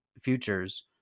futures